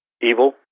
Evil